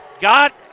Got